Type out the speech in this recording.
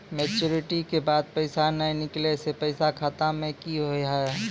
Maturity के बाद पैसा नए निकले से पैसा खाता मे की होव हाय?